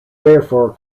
therefore